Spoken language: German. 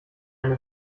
eine